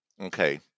Okay